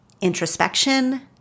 introspection